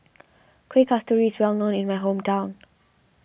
Kueh Kasturi is well known in my hometown